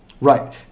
Right